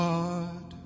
God